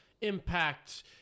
Impact